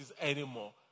anymore